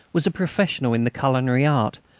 was a professional in the culinary art,